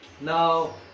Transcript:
Now